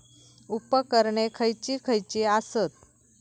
उपकरणे खैयची खैयची आसत?